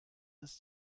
ist